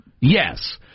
Yes